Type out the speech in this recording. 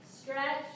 Stretch